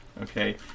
okay